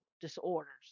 disorders